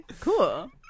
Cool